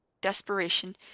desperation